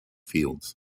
fields